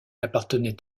appartenait